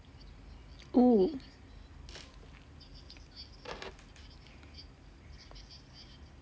oo